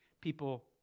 People